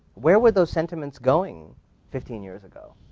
where were those sentiments going fifteen years ago?